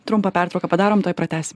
trumpą pertrauką padarom tuoj pratęsim